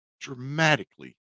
dramatically